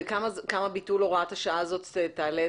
עשיתם חישוב כמה ביטול הוראת השעה תעלה?